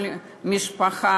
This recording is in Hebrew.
כל משפחה,